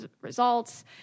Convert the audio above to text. results